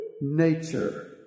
nature